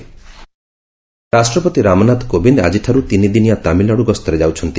ପ୍ରେଜ୍ ଭିଜିଟ୍ ରାଷ୍ଟ୍ରପତି ରାମନାଥ କୋବିନ୍ଦ ଆଜିଠାରୁ ତିନିଦିନିଆ ତାମିଲନାଡୁ ଗସ୍ତରେ ଯାଉଛନ୍ତି